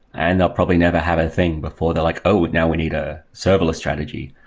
and they'll probably never have a thing before they're like, oh, now we need a serverless strategy.